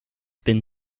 been